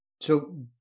So-